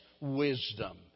wisdom